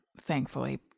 thankfully